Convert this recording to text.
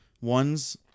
Ones